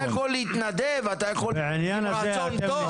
אתה יכול להתנדב ולהיות עם רצון טוב,